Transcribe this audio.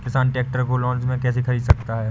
किसान ट्रैक्टर को लोन में कैसे ख़रीद सकता है?